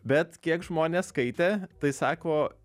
bet kiek žmonės skaitė tai sako